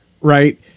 right